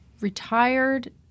retired